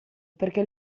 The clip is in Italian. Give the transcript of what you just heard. perché